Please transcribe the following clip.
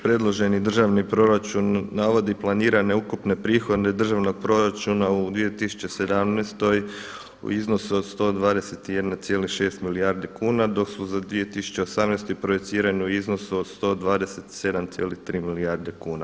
Predloženi državni proračun navodi planirane ukupne prihode državnog proračuna u 2017. u iznosu od 121,6 milijardi kuna, dok su za 2018. projicirane u iznosu od 127,3 milijarde kuna.